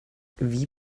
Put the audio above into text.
wie